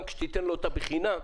גם כשתיתן לה אותה בחינם,